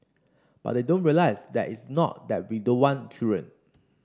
but they don't realise that it's not that we don't want children